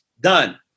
Done